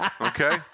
okay